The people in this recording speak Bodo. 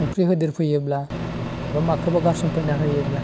संख्रि होदेरफैयोब्ला एबा माखौबा गारसनफैना होयोब्ला